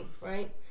right